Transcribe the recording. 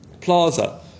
plaza